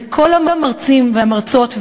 וכל המרצים והמרצות,